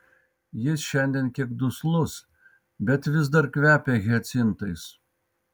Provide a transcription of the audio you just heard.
jis šiandien kiek duslus bet vis dar kvepia hiacintais